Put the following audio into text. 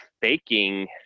faking